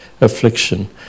affliction